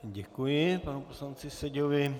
Děkuji panu poslanci Seďovi.